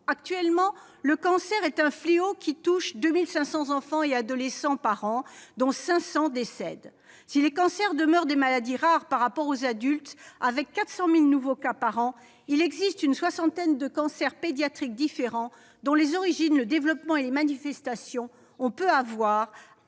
Actuellement, le cancer est un fléau qui touche 2 500 enfants et adolescents par an, dont 500 décèdent. Si les cancers demeurent des maladies rares chez ces jeunes, tandis que, chez les adultes, 400 000 nouveaux cas sont déclarés par an, il existe une soixantaine de cancers pédiatriques différents, dont les origines, le développement et les manifestations ont peu à voir